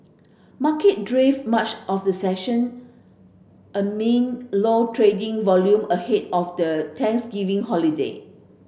market drifted much of the session amid low trading volume ahead of the Thanksgiving holiday